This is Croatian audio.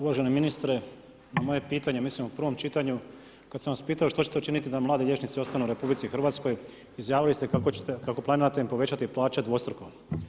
Uvaženi ministre, na moje pitanje ja mislim u prvom čitanju kad sam vas pitao što ćete učiniti da mladi liječnici ostanu u RH, izjavili ste kako planirate im povećati plaće dvostruko.